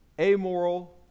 amoral